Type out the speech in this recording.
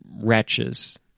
wretches